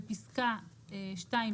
(1)בפסקה (2),